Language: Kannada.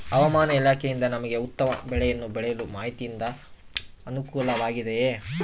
ಹವಮಾನ ಇಲಾಖೆಯಿಂದ ನಮಗೆ ಉತ್ತಮ ಬೆಳೆಯನ್ನು ಬೆಳೆಯಲು ಮಾಹಿತಿಯಿಂದ ಅನುಕೂಲವಾಗಿದೆಯೆ?